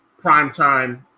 primetime